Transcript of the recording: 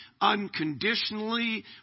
unconditionally